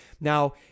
now